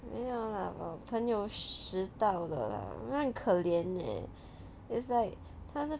没有啦我朋友拾到的它可怜 eh is like 它